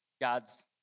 God's